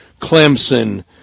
Clemson